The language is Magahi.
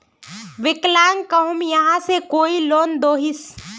विकलांग कहुम यहाँ से कोई लोन दोहिस?